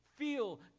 Feel